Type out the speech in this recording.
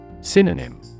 Synonym